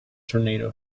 tornado